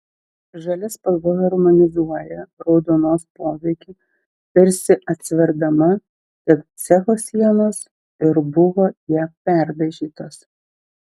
žalia spalva harmonizuoja raudonos poveikį tarsi atsverdama tad cecho sienos ir buvo ja perdažytos